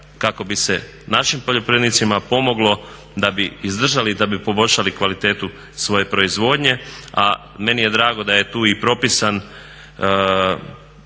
kako bi se našim poljoprivrednicima pomoglo da bi izdržali, da bi poboljšali kvalitetu svoje proizvodnje. A meni je drago da je tu i propisan